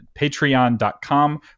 patreon.com